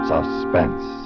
Suspense